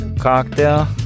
cocktail